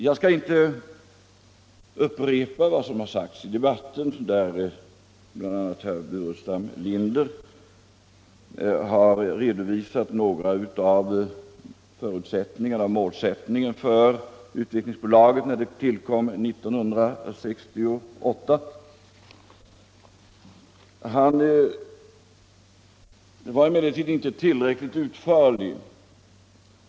Jag skall inte upprepa vad som har sagts i debatten, där bl.a. herr Burenstam Linder har redovisat några av målsättningarna för Utvecklingsbolaget när det tillkom år 1968. Han var emellertid inte tillräckligt utförlig.